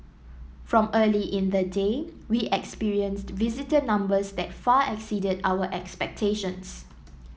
from early in the day we experienced visitor numbers that far exceeded our expectations